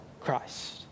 Christ